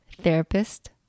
therapist